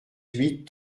huit